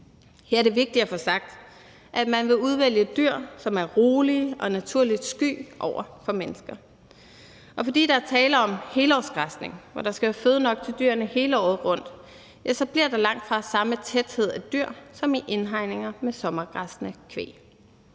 Her er det vigtigt at få sagt, at man vil udvælge dyr, som er rolige og naturligt sky over for mennesker, og fordi der er tale om helårsgræsning, hvor der skal være føde nok til dyrene hele året rundt, så bliver der langtfra den samme tæthed af dyr som i indhegninger med sommergræssende kvæg.